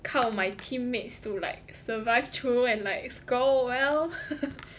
靠 my teammates to like survive through and like score well